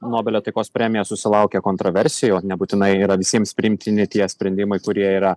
nobelio taikos premija susilaukia kontroversijų nebūtinai yra visiems priimtini tie sprendimai kurie yra